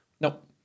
Nope